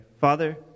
Father